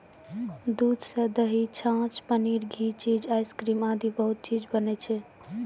दूध सॅ दही, छाछ, पनीर, घी, चीज, आइसक्रीम आदि बहुत चीज बनै छै